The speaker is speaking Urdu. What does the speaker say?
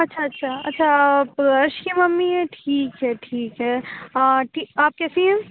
اچھا اچھا اچھا آپ عرش کی ممی ہیں ٹھیک ہے ٹھیک ہے آپ کیسی ہیں